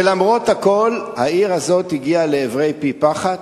ולמרות הכול העיר הזאת הגיעה לעברי פי-פחת.